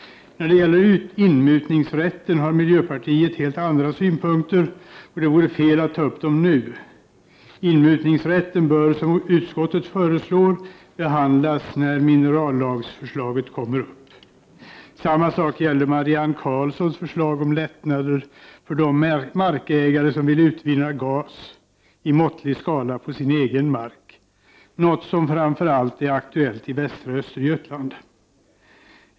När det gäller inmutningsrätten har miljöpartiet helt andra synpunkter, men det vore fel att ta upp dem nu. Inmutningsrätten bör, som utskottet föreslår, behandlas när minerallagsförslaget kommer upp. Samma sak gäller Marianne Karlssons förslag om lättnader för de markägare som vill utvinna gas i måttlig skala på sin egen mark, något som framför allt är aktuellt i västra Östergötland.